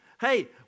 hey